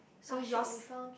!wah! shiok we found